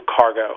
cargo